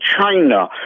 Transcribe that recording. China